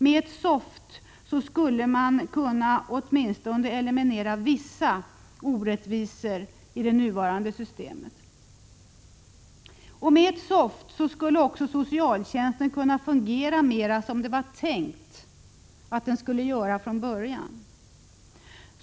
Med ett SOFT skulle man kunna eliminera åtminstone vissa av dessa orättvisor. Med ett SOFT skulle också socialtjänsten i större utsträckning kunna fungera som det var tänkt från början.